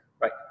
right